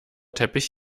teppich